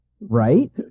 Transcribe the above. Right